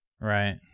Right